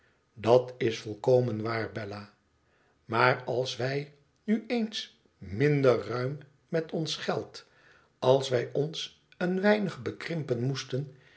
dat is volkomen waar bella maar als wij nu eens minder ruim met ons geld als wij ons een weinig bekrimpen moesten